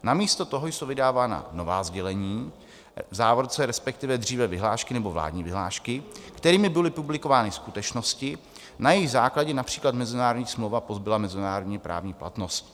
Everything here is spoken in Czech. Namísto toho jsou vydávána nová sdělení v závorce respektive dříve vyhlášky nebo vládní vyhlášky kterými byly publikovány skutečnosti, na jejichž základě například mezinárodní smlouva pozbyla mezinárodní právní platnost.